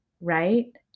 Right